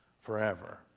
forever